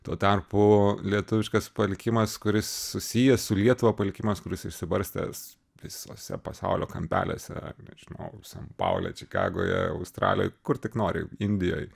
tuo tarpu lietuviškas palikimas kuris susijęs su lietuva palikimas kuris išsibarstęs visose pasaulio kampeliuose nežinau san paule čikagoje australijoj kur tik nori indijoj